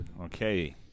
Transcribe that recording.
Okay